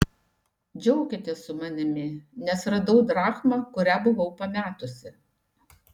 džiaukitės su manimi nes radau drachmą kurią buvau pametusi